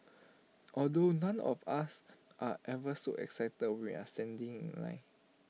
although none of us are ever so excited we're standing in line